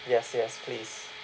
yes yes please